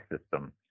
system